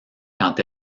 quand